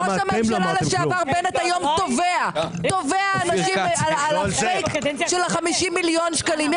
ראש הממשלה לשעבר בנט היום תובע אנשים על הפייק של ה-50 מיליון שקלים,